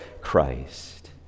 Christ